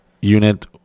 unit